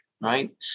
right